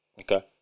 Okay